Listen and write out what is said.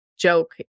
joke